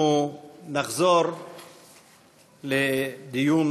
אנחנו נחזור לדיון